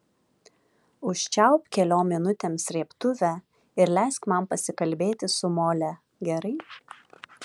užčiaupk keliom minutėm srėbtuvę ir leisk man pasikalbėti su mole gerai